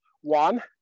one